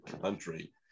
country